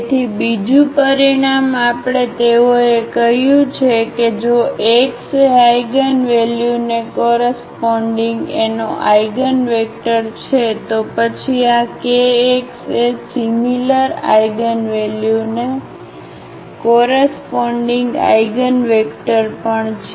તેથી બીજું પરિણામ આપણે તેઓએ કહ્યું છે કે જો x એ આઇગનવેલ્યુ ને કોરસપોન્ડીગ એનો આઇગનવેક્ટર છે તો પછી આ kx એ સિમિલર આઇગનવેલ્યુને કોરસપોન્ડીગ આઇગનવેક્ટર પણ છે